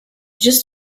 just